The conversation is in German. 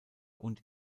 und